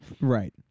Right